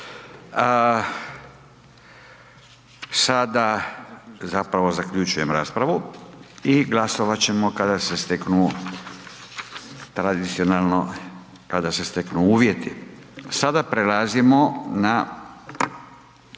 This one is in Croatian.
Sada zapravo zaključujem raspravu, i glasovat ćemo kada se steknu tradicionalno, kada se steknu